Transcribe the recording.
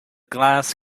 glass